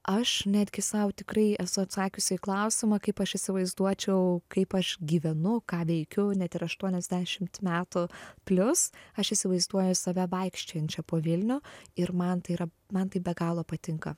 aš netgi sau tikrai esu atsakiusi į klausimą kaip aš įsivaizduočiau kaip aš gyvenu ką veikiu net ir aštuoniasdešimt metų plius aš įsivaizduoju save vaikščiojančią po vilnių ir man tai yra man tai be galo patinka